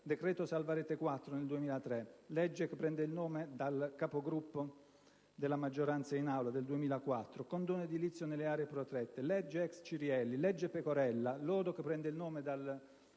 decreto-legge salva Rete 4, 2003; legge che prende il nome dal capogruppo della maggioranza in Aula, 2004; condono edilizio nelle aree protette; legge ex Cirielli; legge Pecorella; lodo che prende il nome dal